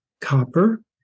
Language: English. copper